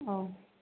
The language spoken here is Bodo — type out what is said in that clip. औ